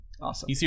Awesome